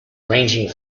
ranging